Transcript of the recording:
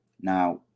Now